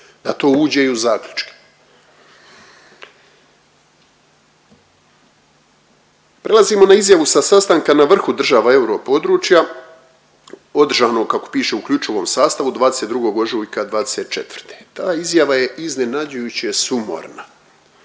da to uđe i u zaključke. Prelazimo na izjavu sa sastanka na vrhu država euro područja održanom kako piše u uključivom sastavu 22. ožujka '24. Ta izjava je iznenađujuće sumorna.